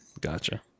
Gotcha